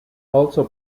also